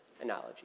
analogy